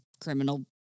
criminal